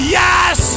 yes